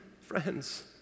friends